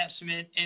investment